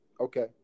Okay